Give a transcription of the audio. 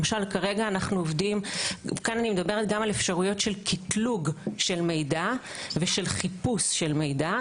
כאן אני מדברת על אפשרויות של קיטלוג של מידע ושל חיפוש של מידע,